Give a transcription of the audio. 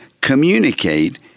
communicate